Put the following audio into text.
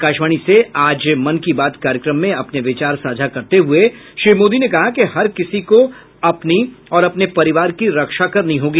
आकाशवाणी से आज मन की बात कार्यक्रम में अपने विचार साझा करते हुए श्री मोदी ने कहा कि हर किसी को अपनी और अपने परिवार की रक्षा करनी होगी